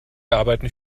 arbeiten